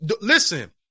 listen